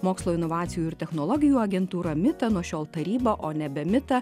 mokslo inovacijų ir technologijų agentūra mita nuo šiol taryba o nebe mita